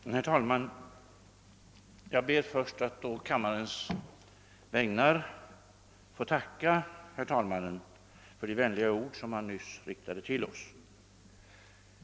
Herr talman! Jag ber först att å kammarens vägnar få tacka herr talmannen för de vänliga ord som Ni just riktade till oss.